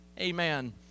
amen